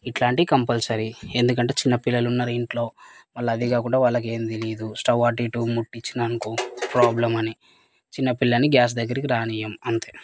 ఇట్లాంటివి కంపల్సరీ ఎందుకంటే చిన్న పిల్లలు ఉన్నరు ఇంట్లో మళ్ళీ అది కాకుండా వాళ్ళకి ఏమి తెలీయదు స్టవ్ అటు ఇటు ముట్టించినారనుకో ప్రాబ్లం అని చిన్నపిల్లని గ్యాస్ దగ్గరికి రానీవ్వము అంతే